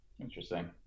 Interesting